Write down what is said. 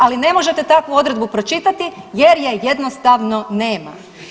Ali ne možete takvu odredbu pročitati jer je jednostavno nema.